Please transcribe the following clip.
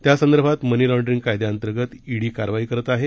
त्यासंदर्भात money laundering कायद्याणंतर्गत ED कारवाई करत आहे